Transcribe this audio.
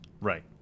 Right